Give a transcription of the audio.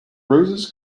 roses